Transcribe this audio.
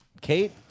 Kate